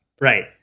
Right